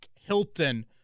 Hilton